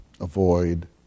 avoid